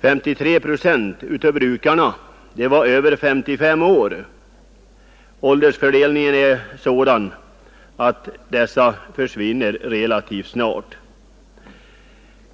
53 procent av brukarna var över 55 år. Åldersfördelningen är sådan att dessa försvinner relativt snart.